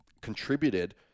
contributed